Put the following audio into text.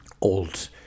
old